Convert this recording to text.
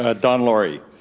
ah don laurie.